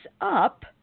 up